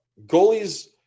Goalies